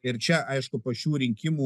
ir čia aišku po šių rinkimų